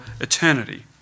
eternity